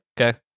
Okay